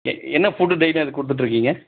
எ என்ன ஃபுட்டு டெய்லியும் அதுக்கு கொடுத்துட்ருக்கீங்க